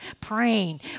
praying